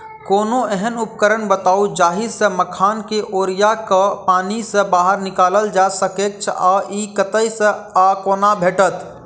कोनों एहन उपकरण बताऊ जाहि सऽ मखान केँ ओरिया कऽ पानि सऽ बाहर निकालल जा सकैच्छ आ इ कतह सऽ आ कोना भेटत?